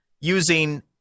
using